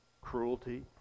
cruelty